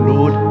Lord